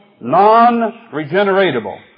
non-regeneratable